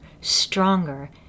stronger